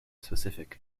specific